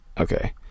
Okay